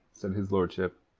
said his lordship,